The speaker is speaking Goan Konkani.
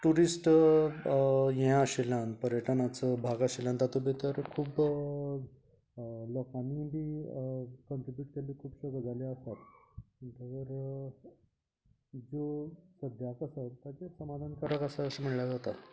टूरिस्ट हे आशिल्यान पर्यटनाचो भाग आशिल्यान तातूं भितर खूब लोकांनीय बी कॉन्ट्रीब्यूट केल्ली खूबश्यो गजालीं आसात म्हटगीर ज्यो सद्या पासत ताचेच समाधान कारक आसा अशे म्हल्यार जाता